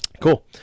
Cool